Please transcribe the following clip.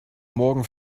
morgen